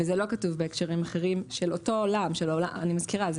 וזה לא כתוב בהקשרים אחרים של אותו עולם אני מזכירה,